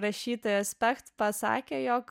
rašytoja specht pasakė jog